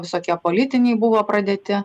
visokie politiniai buvo pradėti